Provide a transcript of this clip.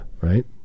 right